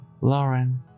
Lauren